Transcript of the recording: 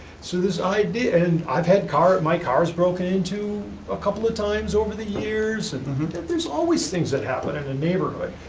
so this idea, and i've had cars, my cars broken into a couple of times over the years, and there's always things that happen in a neighborhood.